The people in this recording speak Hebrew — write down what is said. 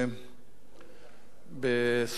בסוריה ואפילו בעזה,